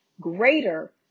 greater